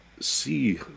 see